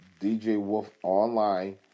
djwolfonline